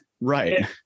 right